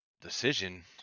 decision